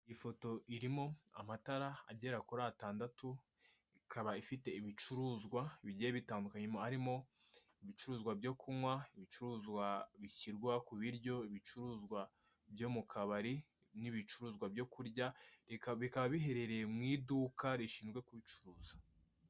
Ifoto irimo amatara agera kuri atandatu ikaba ifite ibicuruzwa bigiye bitandukanye, harimo ibicuruzwa byo kunywa, ibicuruzwa bishyirwa ku biryo, ibicuruzwa byo mu kabari n'ibicuruzwa byo kurya. Bikaba biherereye mu iduka rishinzwe kubicuruza.